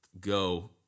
go